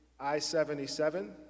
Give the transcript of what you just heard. I-77